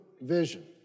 vision